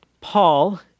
Paul